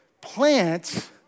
Plants